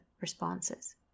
responses